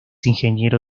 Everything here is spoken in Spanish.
ingeniero